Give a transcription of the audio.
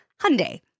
Hyundai